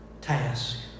task